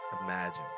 imagine